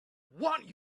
want